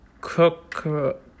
cook